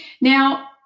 Now